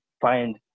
find